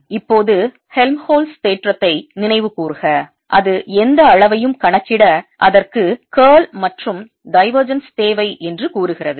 இப்போது ஹெல்ம்ஹோல்ட்ஸ் தேற்றத்தை நினைவுகூர்க அது எந்த அளவையும் கணக்கிட அதற்கு curl மற்றும் divergence தேவை என்று கூறுகிறது